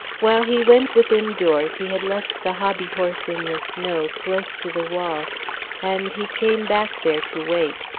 while he went within doors he had left the hobbyhorse in the snow, close to the wall and he came back there to wait.